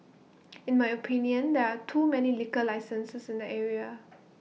in my opinion there are too many liquor licenses in the area